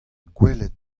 gwelet